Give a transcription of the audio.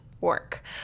work